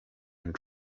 and